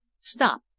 Stop